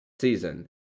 season